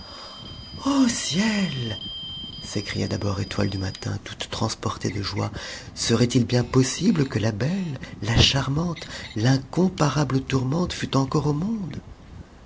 ciel s'écria d'abord étoile du matin toute transportée de joie serait-il bien possible que la belle la charmante l'in comparable tourmente fût encore au monde